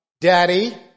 Daddy